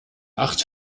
acht